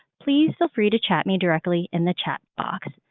please feel free to chat me directly in the chat box.